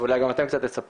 ואולי גם אתם קצת תספרו,